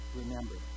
remember